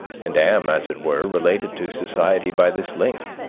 and am, as it were, related to society by this link.